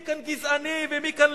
מי כאן גזעני ומי כאן,